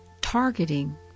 targeting